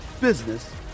business